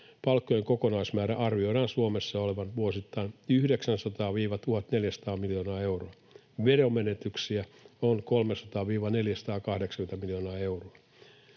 palkkojen kokonaismäärän arvioidaan Suomessa olevan vuosittain 900—1 400 miljoonaa euroa, veromenetyksiä on 300—480 miljoonaa euroa.